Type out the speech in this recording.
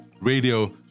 radio